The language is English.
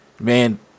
Man